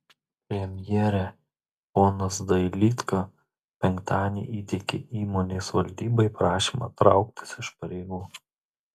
premjere ponas dailydka penktadienį įteikė įmonės valdybai prašymą trauktis iš pareigų